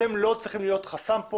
אתם לא צריכים להיות כאן חסם.